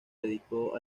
dedicó